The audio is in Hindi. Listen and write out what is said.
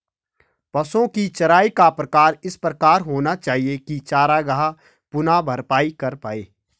पशुओ की चराई का प्रकार इस प्रकार होना चाहिए की चरागाह पुनः भरपाई कर पाए